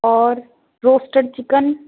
ਔਰ roasted chicken